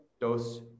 dos